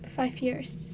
five years